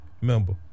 member